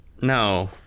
No